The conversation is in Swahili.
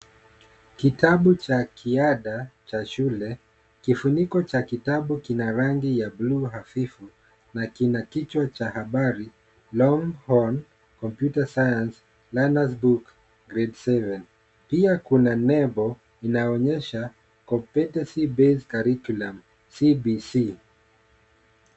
Kitabu cha kiada cha shule, kifuniko cha kitabu kina rangi ya buluu hafifu na kina kichwa cha habari longhorn computer science learners book grade seven pia kuna nembo inayo onyesha competency based curriculum CBC .